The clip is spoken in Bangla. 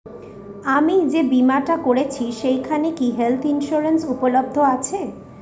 আমি যে বীমাটা করছি সেইখানে কি হেল্থ ইন্সুরেন্স উপলব্ধ আছে?